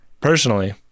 personally